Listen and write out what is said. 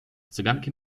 cyganki